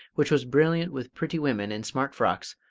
which was brilliant with pretty women in smart frocks,